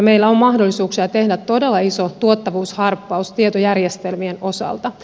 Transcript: meillä on mahdollisuuksia tehdä todella iso tuottavuusharppaus tietojärjestelmien osalta